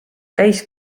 käis